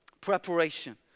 Preparation